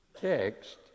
text